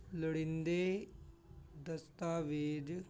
ਲੋੜੀਂਦੇ ਦਸਤਾਵੇਜ਼